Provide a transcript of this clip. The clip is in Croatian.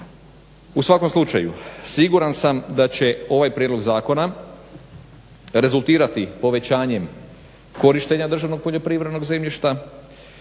U svakom slučaju siguran sam da će ovaj prijedlog zakona rezultirati povećanjem korištenja državnog poljoprivrednog zemljišta,